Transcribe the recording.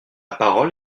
parole